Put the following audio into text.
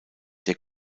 der